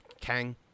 Kang